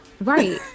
right